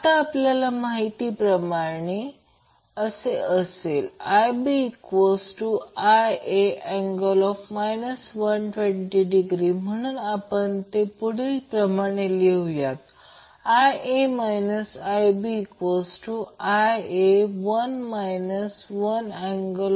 आता सुरवातीला लोडने घेतलेली इन्स्टंटेनियस पॉवर तपासून सुरू करा त्यामुळे बॅलन्सड सिस्टीममधील पॉवर पाहू कारण थ्री फेज पॉवर देखील बघावी लागेल